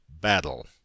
battle